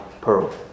pearl